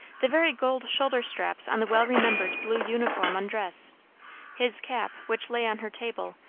the very gold shoulder-straps on the well-remembered blue uniform undress his cap which lay on her table,